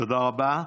תודה רבה.